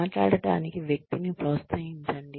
మాట్లాడటానికి వ్యక్తిని ప్రోత్సహించండి